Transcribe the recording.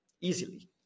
easily